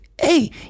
Hey